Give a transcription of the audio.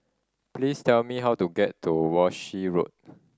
please tell me how to get to Walshe Road